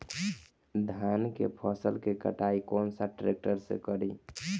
धान के फसल के कटाई कौन सा ट्रैक्टर से करी?